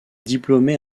diplômé